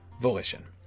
volition